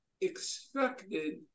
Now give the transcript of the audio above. expected